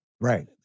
right